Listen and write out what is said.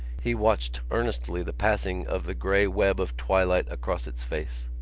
he watched earnestly the passing of the grey web of twilight across its face.